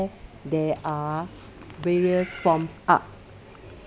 where there are various forms art